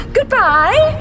Goodbye